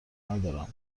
ندارم